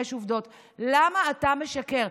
יש עובדות, למה אתה משקר?